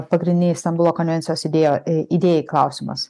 pagrindinei stambulo konvencijos idėjo i idėjai klausimas